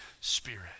Spirit